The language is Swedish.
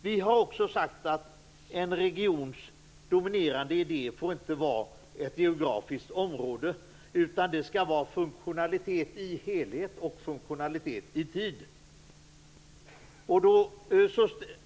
Vi har också sagt att en regions dominerande idé inte får vara ett geografiskt område, utan det skall vara funktionalitet i helhet och funktionalitet i tid.